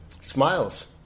Smiles